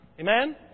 Amen